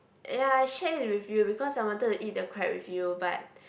ya I shared it with you because I wanted to eat the crab with you but